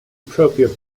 appropriate